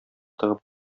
тыгып